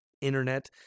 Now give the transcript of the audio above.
internet